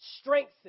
strengthened